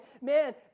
man